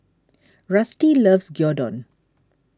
Rusty loves Gyudon